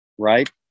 right